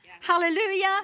Hallelujah